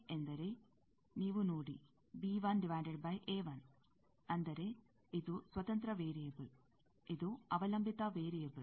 ಅಂದರೆ ನೀವು ನೋಡಿ ಅಂದರೆ ಇದು ಸ್ವತಂತ್ರ ವೇರಿಯೆಬಲ್ ಇದು ಅವಲಂಬಿತ ವೇರಿಯೆಬಲ್